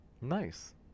Nice